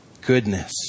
goodness